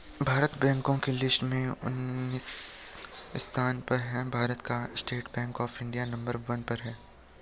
भारत बैंको की लिस्ट में उनन्चास स्थान पर है भारत का state bank of India number one पर है